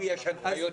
הוא יחזיר.